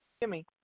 Jimmy